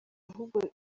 ahubwo